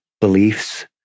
beliefs